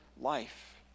life